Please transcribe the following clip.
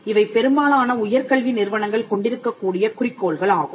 இவை பெரும்பாலான உயர்கல்வி நிறுவனங்கள் கொண்டிருக்கக்கூடிய குறிக்கோள்கள் ஆகும்